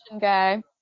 guy